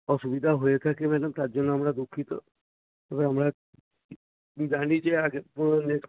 অসুবিধা হয়ে থাকে ম্যাডাম তার জন্য আমরা দুঃখিত এবার আমরা জানি যে আগে